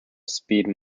speed